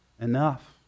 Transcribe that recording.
enough